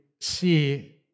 see